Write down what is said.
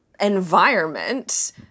environment